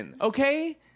okay